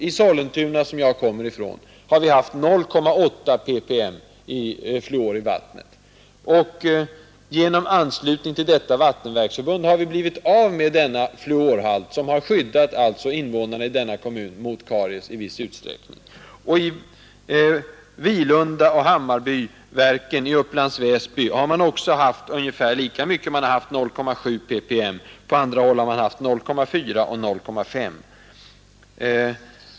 I Sollentuna som som jag kommer ifrån, har vi haft 0,8 ppm fluor i vattnet. Genom anslutning till vattenverket där har vi blivit av med denna fluorhalt som i viss utsträckning har skyddat invånarna i kommunen mot karies. I Vilundaoch Hammarbyverken i Upplands Väsby har man också haft ungefär lika mycket, eller 0,7 ppm. På andra håll inom förbundet har man haft 0,4 och 0,5 ppm.